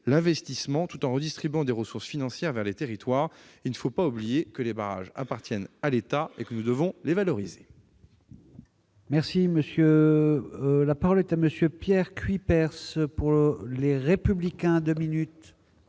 l'investissement, tout en redistribuant des ressources financières vers les territoires. Il ne faut pas oublier que les barrages appartiennent à l'État et que nous devons les valoriser ! La parole est à M. Pierre Cuypers, pour le groupe Les Républicains. Monsieur